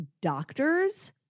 doctors